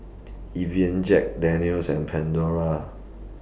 Evian Jack Daniel's and Pandora